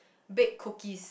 bake cookies